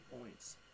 points